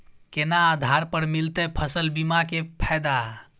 केना आधार पर मिलतै फसल बीमा के फैदा?